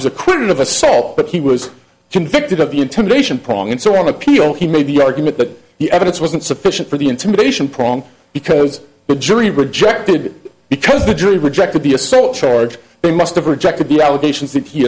was acquitted of assault but he was convicted of intimidation pong and so on appeal he made the argument that the evidence wasn't sufficient for the intimidation prong because the jury rejected because the jury rejected the assault charge they must have rejected the allegations that he